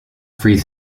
frees